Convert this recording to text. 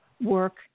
work